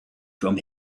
from